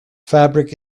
fabric